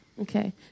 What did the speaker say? okay